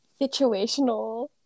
situational